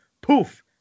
poof